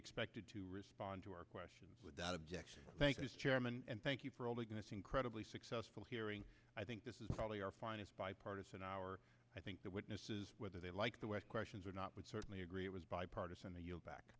expected to respond to our questions without objection thank you chairman and thank you for all making this incredibly successful hearing i think this is probably our finest bipartisan hour i think that witnesses whether they like the west questions or not would certainly agree it was bipartisan back